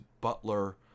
Butler